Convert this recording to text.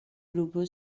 grupo